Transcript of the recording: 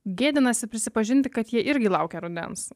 gėdinasi prisipažinti kad ji irgi laukia rudens